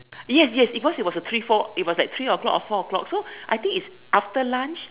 yes yes it was it was a three four it was like three o-clock or four o-clock so I think is after lunch